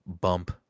bump